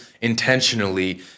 intentionally